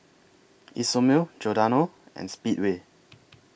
Isomil Giordano and Speedway